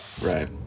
Right